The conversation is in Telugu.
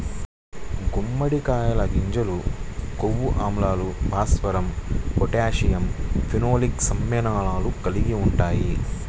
గుమ్మడికాయ గింజలు కొవ్వు ఆమ్లాలు, భాస్వరం, పొటాషియం, ఫినోలిక్ సమ్మేళనాలు కలిగి ఉంటాయి